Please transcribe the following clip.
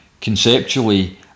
conceptually